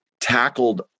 tackled